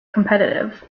competitive